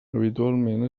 habitualment